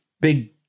big